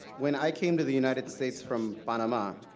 when i came to the united states from panama,